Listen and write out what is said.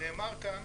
נאמר כאן